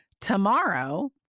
tomorrow